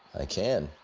i can.